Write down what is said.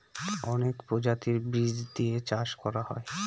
অনেক প্রজাতির বীজ দিয়ে চাষ করা হয়